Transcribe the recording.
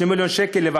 2 מיליון שקלים,